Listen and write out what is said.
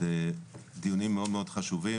דיונים חשובים מאוד,